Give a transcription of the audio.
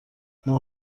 ماه